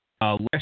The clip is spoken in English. Last